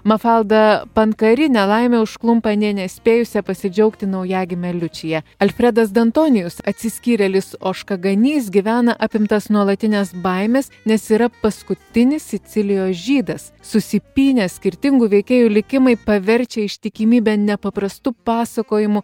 mafalda pankari nelaimė užklumpa nė nespėjusi pasidžiaugti naujagime liučija alfredas dantonijus atsiskyrėlis ožkaganys gyvena apimtas nuolatinės baimės nes yra paskutinis sicilijos žydas susipynė skirtingų veikėjų likimai paverčia ištikimybę nepaprastu pasakojimu